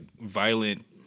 violent